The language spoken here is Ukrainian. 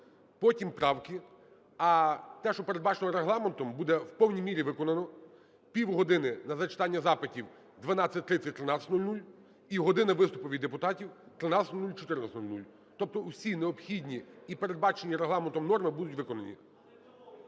потім – правки, а те, що передбачено Регламентом, буде в повній мірі виконано: півгодини назачитання запитів – 12:30-13:00 і година виступів від депутатів – 13:00-14:00. Тобто всі необхідні і передбачені Регламентом норми будуть виконані.